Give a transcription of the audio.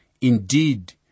Indeed